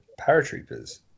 paratroopers